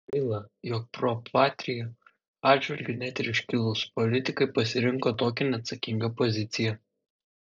gaila jog pro patria atžvilgiu net ir iškilūs politikai pasirinko tokią neatsakingą poziciją